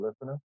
listener